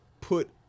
put